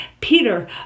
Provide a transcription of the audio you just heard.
Peter